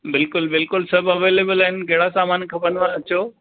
बिल्कुलु बिल्कुलु सभु अवेलेबिल आहिनि कहिड़ा सामान खपंदव अचो